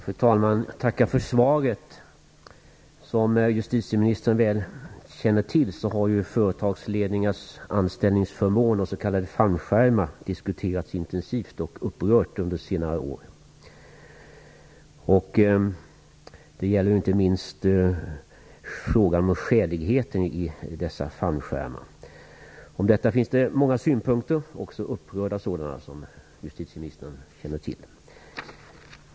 Fru talman! Jag tackar för svaret. Som justitieministern väl känner till har företagsledningars anställningsförmåner, s.k. fallskärmar, diskuterats intensivt under senare år. Det gäller inte minst frågan om skäligheten i dessa fallskärmar. Det finns många synpunkter om detta, också upprörda sådana, som justitieministern känner till.